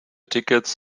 tickets